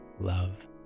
love